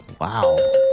Wow